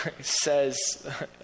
says